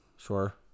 Sure